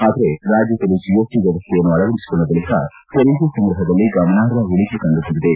ಆದರೆ ರಾಜ್ಯದಲ್ಲಿ ಜಿಎಸ್ಟಿ ವ್ಯವಸ್ಥೆಯನ್ನು ಅಳವಡಿಸಿಕೊಂಡ ಬಳಕ ತೆರಿಗೆ ಸಂಗ್ರಹದಲ್ಲಿ ಗಮನಾರ್ಹ ಇಳಕೆ ಕಂಡುಬಂದಿದೆ